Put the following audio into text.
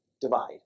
divide